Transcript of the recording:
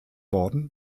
heute